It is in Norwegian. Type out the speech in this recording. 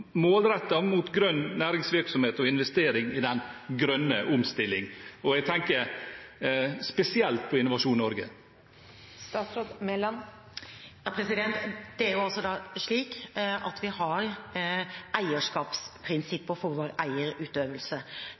mot grønn næringsvirksomhet og investering i den grønne omstillingen – og jeg tenker spesielt på Innovasjon Norge? Det er slik at vi har eierskapsprinsipper for vår eierutøvelse.